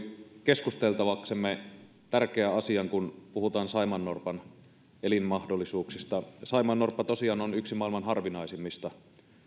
keskusteltavaksemme tärkeän asian kun puhutaan saimaannorpan elinmahdollisuuksista saimaannorppa on tosiaan yksi maailman harvinaisimmista